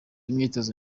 imyitozo